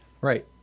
Right